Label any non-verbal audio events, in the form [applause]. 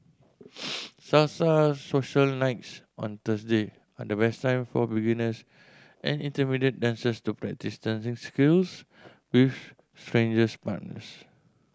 [noise] Salsa social nights on Thursday at best time for beginners and intermediate dancers to practice dancing skills with strangers partners